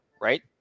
right